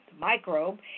microbe